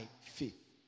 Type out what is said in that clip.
faith